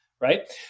right